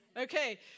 Okay